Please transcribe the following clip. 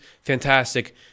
fantastic